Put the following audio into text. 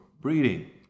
breeding